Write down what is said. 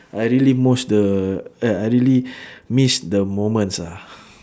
I really most the eh I really miss the moments ah